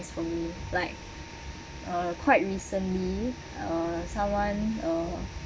for me like uh quite recently someone uh